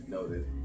Noted